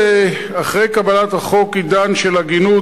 ואחרי קבלת החוק יתחיל עידן של הגינות